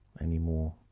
anymore